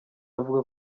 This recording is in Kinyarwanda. avuga